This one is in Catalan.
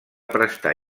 prestar